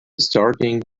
starting